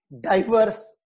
diverse